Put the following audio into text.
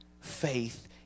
Faith